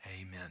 Amen